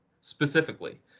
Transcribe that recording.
specifically